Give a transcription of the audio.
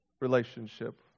relationship